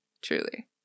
Truly